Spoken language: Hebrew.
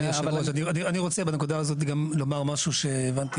אני רוצה שנקודה הזאת לומר משהו שהבנתי